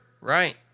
Right